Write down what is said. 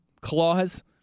clause